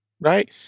right